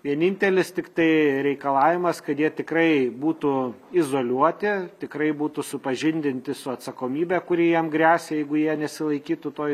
vienintelis tiktai reikalavimas kad jie tikrai būtų izoliuoti tikrai būtų supažindinti su atsakomybe kuri jiem gresia jeigu jie nesilaikytų toj